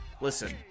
Listen